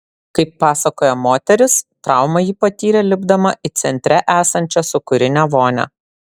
kaip pasakoja moteris traumą ji patyrė lipdama į centre esančią sūkurinę vonią